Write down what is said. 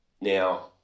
Now